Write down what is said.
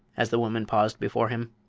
as the woman paused before him.